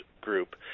group